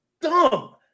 dumb